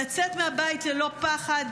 לצאת מהבית ללא פחד.